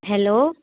hello